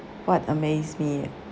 what amazes me